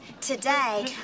today